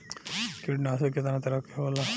कीटनाशक केतना तरह के होला?